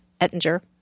Ettinger